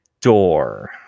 door